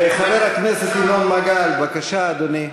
חבר הכנסת ינון מגל, בבקשה, אדוני,